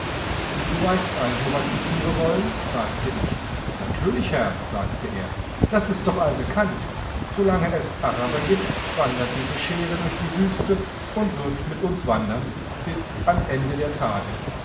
du weißt also was die tiere wollen fragte ich natürlich herr sagte er das ist doch allbekannt solange es araber gibt wandert diese schere durch die wüste und wird mit uns wandern bis ans ende der tage